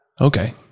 okay